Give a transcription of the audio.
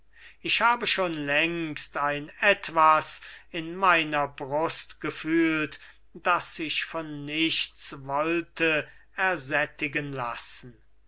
ich habe schon längst ein etwas in meiner brust gefühlt das sich von nichts wollte ersättigen lassen